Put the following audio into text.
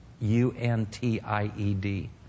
U-N-T-I-E-D